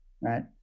right